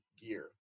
gear